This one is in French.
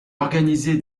organisait